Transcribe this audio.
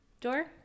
door